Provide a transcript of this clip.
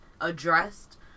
addressed